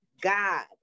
God